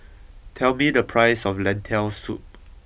tell me the price of Lentil Soup